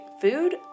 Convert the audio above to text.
Food